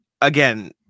Again